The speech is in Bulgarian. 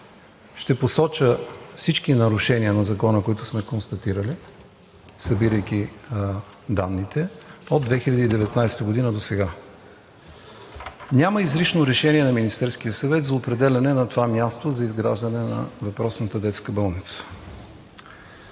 ще посоча всички нарушения на закона, които сме констатирали, събирайки данните от 2019 г. досега. Няма изрично решение на Министерския съвет за определяне на това място за изграждане на въпросната детска болница.